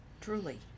truly